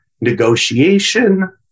negotiation